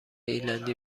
ایرلندی